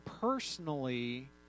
personally